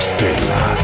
Stella